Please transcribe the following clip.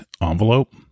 envelope